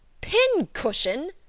Pin-cushion